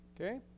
Okay